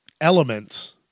elements